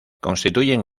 constituyen